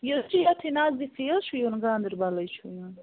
یہِ حظ چھُ یَتتھٕے نزدیٖکھٕے حظ چھُو یُن گانٛدربلٕے چھُو یُن